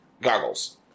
Goggles